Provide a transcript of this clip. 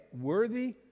worthy